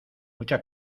mucha